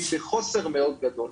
והיא בחוסר מאד גדול.